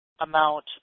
amount